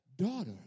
Daughter